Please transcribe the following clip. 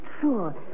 sure